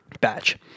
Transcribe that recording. batch